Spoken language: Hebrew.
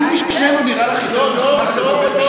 מי משנינו נראה לך יותר מוסמך לדבר בשם טומי לפיד?